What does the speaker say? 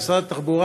אלא למשרד התחבורה,